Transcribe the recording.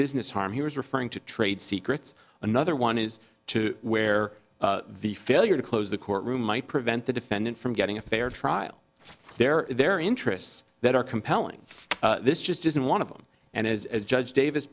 business harm he was referring to trade secrets another one is to where the failure to close the courtroom might prevent the defendant from getting a fair trial there their interests that are compelling this just isn't one of them and as judge davis